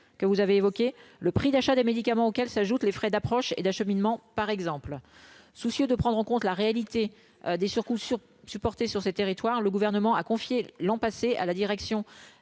que vous avez évoqué le prix d'achat des médicaments auxquels s'ajoutent les frais d'approches et d'acheminement par exemple, soucieux de prendre en compte la réalité des surcoûts sur supporter sur ces territoires, le gouvernement a confié l'an passé à la direction